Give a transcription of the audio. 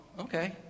okay